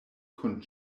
kun